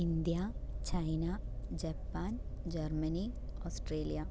India China Japan Germany Australia